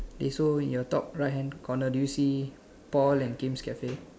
they so your top right hand corner do you see Paul and Kim's cafe